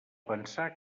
pensar